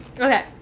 okay